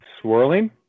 swirling